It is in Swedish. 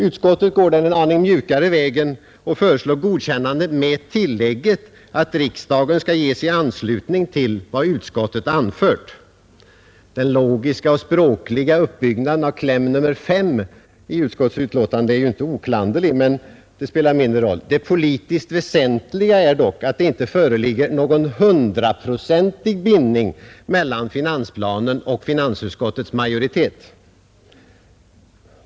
Utskottet går den en aning mjukare vägen och föreslår godkännande med tillägget att riksdagen skall ge sin anslutning till vad utskottet anfört. Den logiska och språkliga uppbyggnaden av kläm nr 5 i utskottets betänkande är inte oklanderlig, men det spelar mindre roll. Det politiskt väsentliga är att det inte föreligger någon hundraprocentig bindning mellan finansplanen och finansutskottets majoritet.